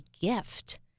gift